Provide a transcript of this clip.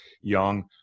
young